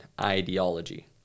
ideology